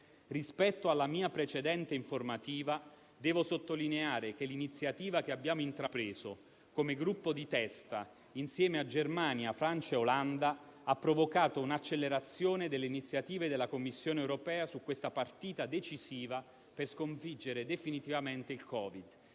Rispetto alla mia precedente informativa, devo sottolineare che l'iniziativa che abbiamo intrapreso come gruppo di testa, insieme a Germania, Francia e Olanda, ha provocato un'accelerazione delle iniziative della Commissione europea su questa partita decisiva per sconfiggere definitivamente il Covid.